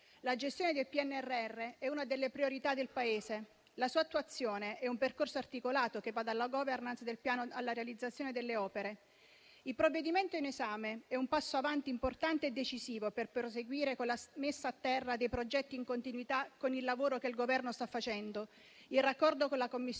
La gestione del PNRR è una delle priorità del Paese; la sua attuazione è un percorso articolato, che va dalla *governance* del Piano alla realizzazione delle opere. Il provvedimento in esame è un passo in avanti importante e decisivo per proseguire con la messa a terra dei progetti, in continuità con il lavoro che il Governo sta facendo in raccordo con la Commissione